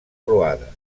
croades